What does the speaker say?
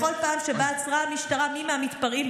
בכל פעם שבה עצרה המשטרה מי מהמתפרעים,